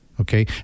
Okay